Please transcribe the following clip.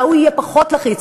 והוא יהיה פחות לחיץ.